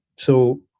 so,